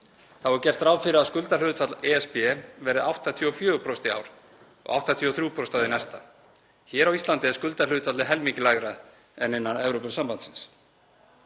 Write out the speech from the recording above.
Þá er gert ráð fyrir að skuldahlutfall ESB verði 84% í ár og 83% á því næsta. Hér á Íslandi er skuldahlutfallið helmingi lægra en innan Evrópusambandsins.